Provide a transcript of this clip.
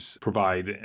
provide